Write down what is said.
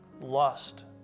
lust